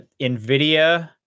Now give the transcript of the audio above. NVIDIA